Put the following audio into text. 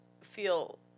feel